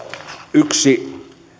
yksi